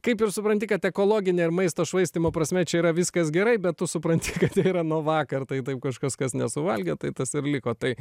kaip ir supranti kad ekologine ir maisto švaistymo prasme čia yra viskas gerai bet tu supranti kad tai yra nuo vakar tai taip kažkas kas nesuvalgė tai tas ir liko tai